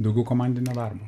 daugiau komandinio darbo